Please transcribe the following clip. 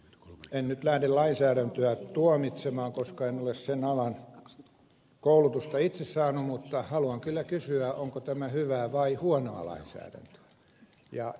en nyt lähde lainsäädäntöä tuomitsemaan koska en ole sen alan koulutusta itse saanut mutta haluan kyllä kysyä onko tämä hyvää vai huonoa lainsäädäntöä